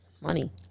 Money